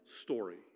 story